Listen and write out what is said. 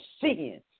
sins